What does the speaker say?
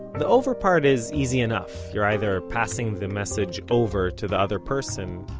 the over part is easy enough you're either passing the message over to the other person,